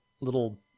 little